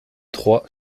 trois